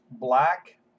black